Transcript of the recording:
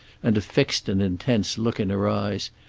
and a fixed and intense look in her eyes,